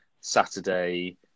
Saturday